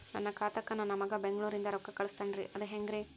ನನ್ನ ಖಾತಾಕ್ಕ ನನ್ನ ಮಗಾ ಬೆಂಗಳೂರನಿಂದ ರೊಕ್ಕ ಕಳಸ್ತಾನ್ರಿ ಅದ ಹೆಂಗ್ರಿ?